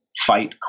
fight